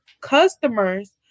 customers